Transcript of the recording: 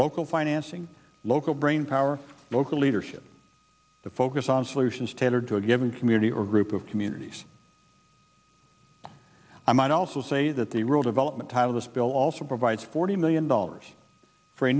local financing local brainpower local leadership to focus on solutions tailored to a given community or group of communities i might also say that the real development of this bill also provides forty million dollars for a